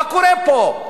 מה קורה פה?